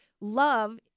love